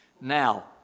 Now